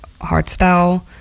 hardstyle